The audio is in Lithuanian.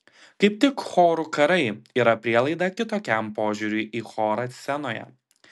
kaip tik chorų karai yra prielaida kitokiam požiūriui į chorą scenoje